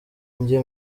njye